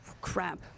Crap